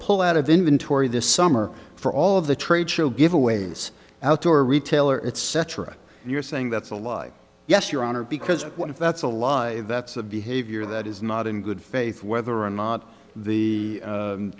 pull out of inventory this summer for all of the trade show giveaways outdoor retailer it's cetera and you're saying that's a lie yes your honor because what if that's a lie that's a behavior that is not in good faith whether or not the